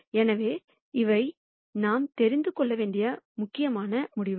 எனவே இவை நாம் தெரிந்து கொள்ள வேண்டிய முக்கியமான முடிவுகள்